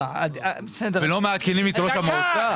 ולא מעדכנים את ראש המועצה?